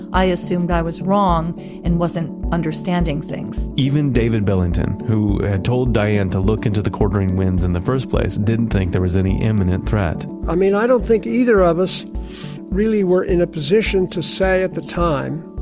i assumed i was wrong and wasn't understanding things even david billington who told diane to look into the quartering winds in the first place didn't think there was any imminent threat i mean i don't think either of us really were in a position to say at the time,